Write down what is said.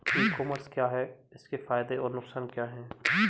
ई commerce क्या है इसके फायदे और नुकसान क्या है?